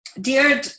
Dear